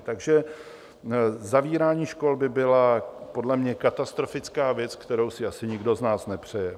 Takže zavírání škol by byla podle mě katastrofická věc, kterou si asi nikdo z nás nepřeje.